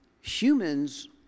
humans